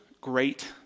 great